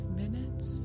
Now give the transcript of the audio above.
minutes